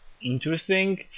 interesting